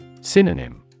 Synonym